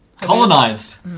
colonized